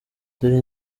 dore